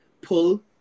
pull